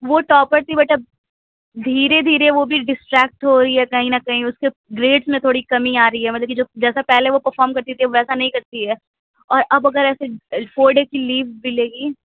وہ ٹاپر تھی بٹ اب دھیرے دھیرے وہ بھی ڈسٹریکٹ ہو رہی ہے کہیں نہ کہیں اُس کے گریڈ میں تھوڑی کمی آ رہی ہے مطلب کہ جو جیسا پہلے وہ پرفام کرتی تھی اب ویسا نہیں کرتی ہے اور اگر اب ایسے فور ڈیز کی لیو بھی لے گی